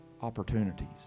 opportunities